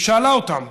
היא שאלה אותם,